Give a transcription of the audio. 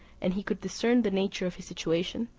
and he could discern the nature of his situation,